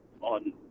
on